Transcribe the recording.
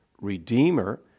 redeemer